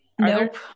nope